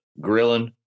grilling